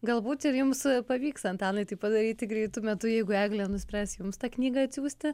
galbūt ir jums pavyks antanai tai padaryti greitu metu jeigu eglė nuspręs jums tą knygą atsiųsti